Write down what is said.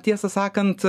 tiesą sakant